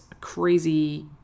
crazy